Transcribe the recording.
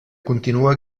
continua